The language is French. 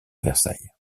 versailles